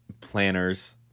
planners